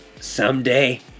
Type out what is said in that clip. Someday